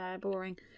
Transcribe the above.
Boring